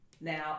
Now